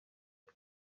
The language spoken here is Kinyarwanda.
iyo